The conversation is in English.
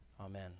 Amen